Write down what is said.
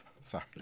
sorry